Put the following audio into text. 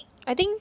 I think